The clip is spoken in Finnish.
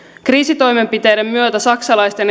kriisitoimenpiteiden myötä saksalaisten